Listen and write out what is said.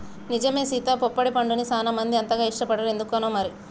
నిజమే సీత పొప్పడి పండుని సానా మంది అంతగా ఇష్టపడరు ఎందుకనో మరి